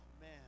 man